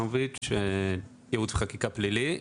אני מייעוץ וחקיקה פלילי.